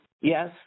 Yes